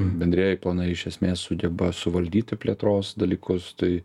bendrieji planai iš esmės sugeba suvaldyti plėtros dalykus tai